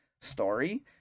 story